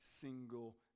single